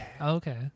Okay